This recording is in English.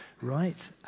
right